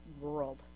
world